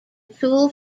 tool